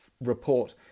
report